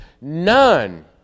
none